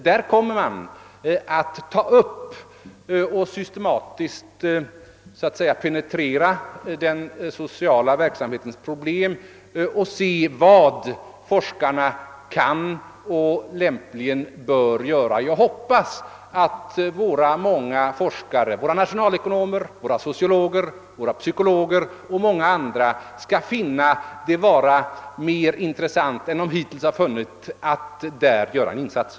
Där kommer man att ta upp och systematiskt så att säga penetrera den sociala verksamhetens problem och se vad forskarna kan och lämpligen bör göra. Jag hoppas att våra många forskare, våra nationalekonomer, våra sociologer, våra psykologer och många andra skall finna det vara mer intressant än de hittills har funnit att där göra en insats.